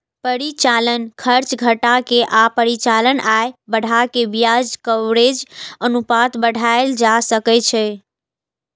परिचालन खर्च घटा के आ परिचालन आय बढ़ा कें ब्याज कवरेज अनुपात बढ़ाएल जा सकै छै